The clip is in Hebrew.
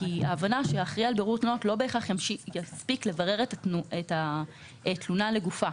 כי ההבנה שהאחראי על בירור תלונות לא בהכרח יספיק לברר את התלונה לגופה.